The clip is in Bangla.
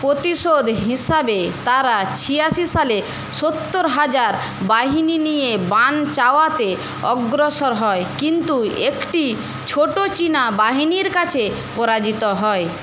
প্রতিশোধ হিসাবে তারা ছিয়াশি সালে সত্তর হাজার বাহিনী নিয়ে অগ্রসর হয় কিন্তু একটি ছোট চীনা বাহিনীর কাছে পরাজিত হয়